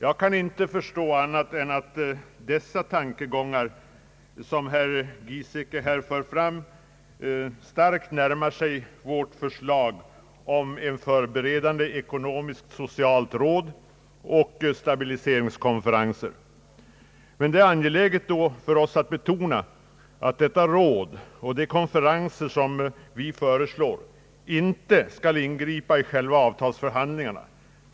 Jag kan inte förstå annat än att dessa tankegångar starkt närmar sig vårt förslag om ett förberedande ekonomiskt-socialt råd och stabiliseringskonferenser. Det är angeläget betona att rådet och de konferenserna inte skall ingripa i själva avtalsförhandlingarna.